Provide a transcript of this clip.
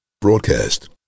broadcast